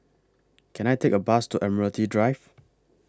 Can I Take A Bus to Admiralty Drive